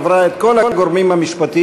עברה את כל הגורמים המשפטיים.